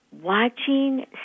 Watching